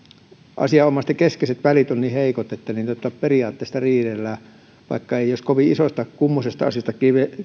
asianomaisten keskeiset välit ovat niin heikot että periaatteesta riidellään vaikka ei olisi kovin isoista kummoisista asioista